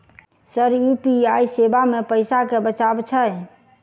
Sir UPI सेवा मे पैसा केँ बचाब छैय?